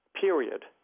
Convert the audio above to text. Period